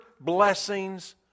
blessings